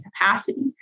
capacity